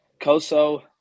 Coso